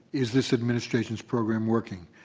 is this administration's program working.